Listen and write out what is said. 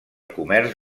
comerç